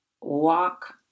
Walk